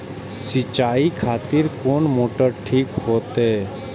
सीचाई खातिर कोन मोटर ठीक होते?